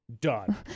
Done